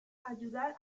ayudar